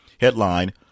Headline